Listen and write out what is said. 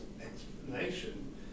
explanation